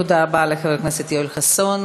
תודה רבה לחבר הכנסת יואל חסון.